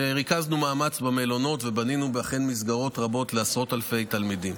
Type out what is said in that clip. ריכזנו מאמץ במלונות ואכן בנינו מסגרות רבות לעשרות אלפי תלמידים.